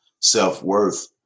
self-worth